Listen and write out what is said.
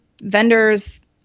vendors